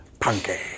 punky